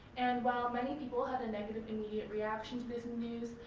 and while many people had a negative immediate reaction to this news,